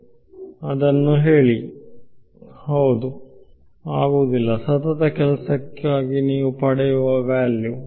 ವಿದ್ಯಾರ್ಥಿ ಅದನ್ನು ಹೇಳಿ ಹೌದು ವಿದ್ಯಾರ್ಥಿ ಆಗುವುದಿಲ್ಲಸತತ ಕೆಲಸಕ್ಕಾಗಿ ನೀವು ಪಡೆಯುವ ವ್ಯಾಲ್ಯೂ